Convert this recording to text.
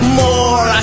more